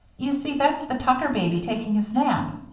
you see, that's the tucker baby taking his nap.